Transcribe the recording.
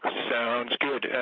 sounds good.